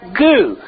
goo